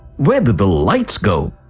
where did the lights go?